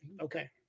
Okay